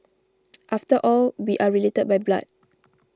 after all we are related by blood